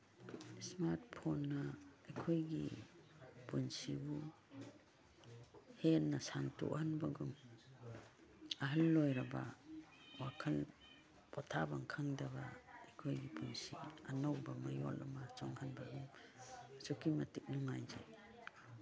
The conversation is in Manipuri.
ꯏꯁꯃꯥꯔꯠ ꯐꯣꯟꯅ ꯑꯩꯈꯣꯏꯒꯤ ꯄꯨꯟꯁꯤꯕꯨ ꯍꯦꯟꯅ ꯁꯥꯡꯇꯣꯛꯍꯟꯕꯒꯨꯝ ꯑꯍꯟ ꯑꯣꯏꯔꯕ ꯋꯥꯈꯟ ꯄꯣꯊꯥꯕꯝ ꯈꯪꯗꯕ ꯑꯩꯈꯣꯏꯒꯤ ꯄꯨꯟꯁꯤꯕꯨ ꯑꯅꯧꯕ ꯃꯌꯣꯟ ꯑꯃ ꯆꯣꯡꯍꯟꯕ ꯑꯁꯨꯛꯀꯤ ꯃꯇꯤꯛ ꯅꯨꯡꯉꯥꯏꯖꯩ